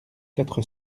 quatre